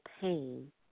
pain